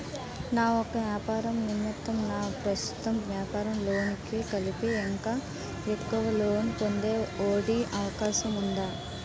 నా యెక్క వ్యాపార నిమిత్తం నా ప్రస్తుత వ్యాపార లోన్ కి కలిపి ఇంకా ఎక్కువ లోన్ పొందే ఒ.డి అవకాశం ఉందా?